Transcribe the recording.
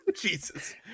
Jesus